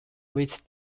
visited